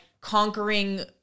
conquering